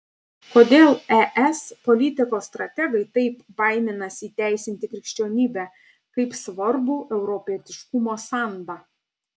kodėl es politikos strategai taip baiminasi įteisinti krikščionybę kaip svarbų europietiškumo sandą